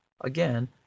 again